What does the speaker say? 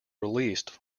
released